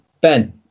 Ben